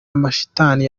amashitani